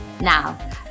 Now